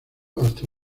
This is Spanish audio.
hasta